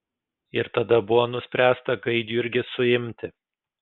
ir tada buvo nuspręsta gaidjurgį suimti